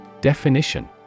Definition